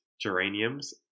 geraniums